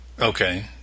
Okay